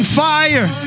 fire